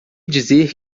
dizer